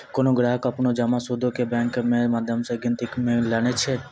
कोनो ग्राहक अपनो जमा सूदो के बैंको के माध्यम से गिनती मे लानै छै